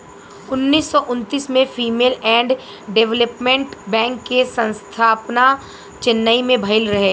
उन्नीस सौ उन्तीस में फीमेल एंड डेवलपमेंट बैंक के स्थापना चेन्नई में भईल रहे